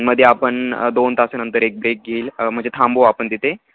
मध्ये आपण दोन तासातर एक ब्रेक घेईल म्हणजे थांबू आपण तिथे